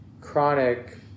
chronic